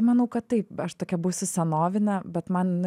manau kad taip aš tokia būsiu senovinė bet man